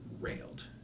railed